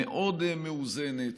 מאוד מאוזנת.